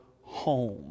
home